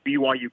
BYU